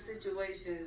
situations